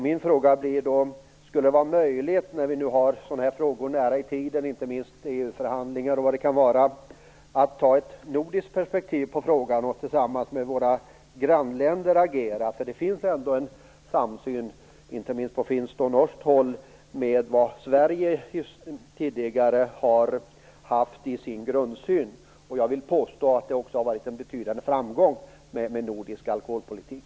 Min fråga blir då: Skulle det vara möjligt, när vi nu har sådana här frågor nära i tiden, inte minst i EU förhandlingar, att lägga ett nordiskt perspektiv på frågan och agera tillsammans med våra grannländer? Det finns ändå en samsyn, inte minst på finskt och norskt håll, med det som Sverige tidigare har haft i sin grundsyn. Jag vill påstå att det också har varit en betydande framgång med nordisk alkoholpolitik.